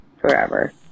forever